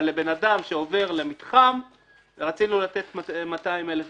אבל לבן אדם שעובר למתחם רצינו לתת 200,000 ביצים.